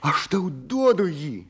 aš tau duodu jį